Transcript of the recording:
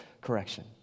correction